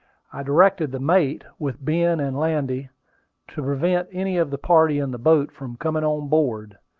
i directed the mate with ben and landy to prevent any of the party in the boat from coming on board,